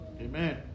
Amen